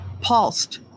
pulsed